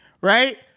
Right